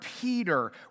Peter